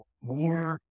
more